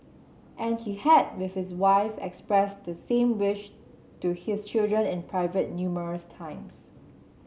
and he had with his wife expressed the same wish to his children in private numerous times